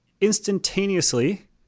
instantaneously